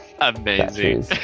Amazing